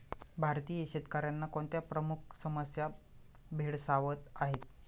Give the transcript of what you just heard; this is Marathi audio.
भारतीय शेतकऱ्यांना कोणत्या प्रमुख समस्या भेडसावत आहेत?